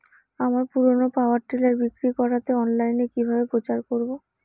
আমার পুরনো power tiller বিক্রি করাতে অনলাইনে কিভাবে প্রচার করব?